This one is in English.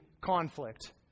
conflict